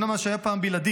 מה שהיה פעם בלעדי,